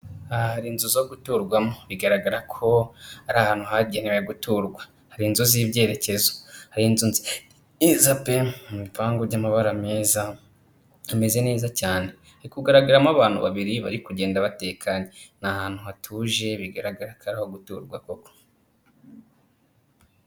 Aha hari inzu zo guturwamo bigaragara ko ari ahantu hagenewe guturwa, hari inzu z'ibyerekezo. Hari inzu nziza pe! Ibipangu by'amabara meza hameze neza cyane hari kugaragaramo abantu babiri bari kugenda batekanye, ni ahantu hatuje bigaragara ko ari aho guturwa koko.